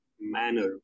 manner